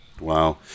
wow